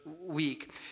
week